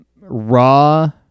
Raw